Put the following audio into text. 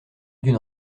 d’une